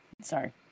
Sorry